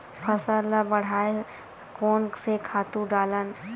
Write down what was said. फसल ल बढ़ाय कोन से खातु डालन?